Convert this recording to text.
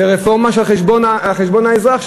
זו רפורמה על חשבון האזרח,